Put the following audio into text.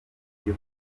ibyo